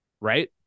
right